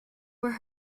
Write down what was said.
were